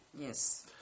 Yes